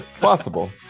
Possible